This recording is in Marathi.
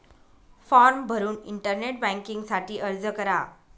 फॉर्म भरून इंटरनेट बँकिंग साठी अर्ज करा